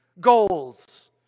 goals